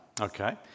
Okay